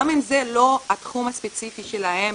גם אם זה לא התחום הספציפי שלהם,